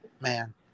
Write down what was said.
man